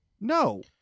no